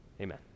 Amen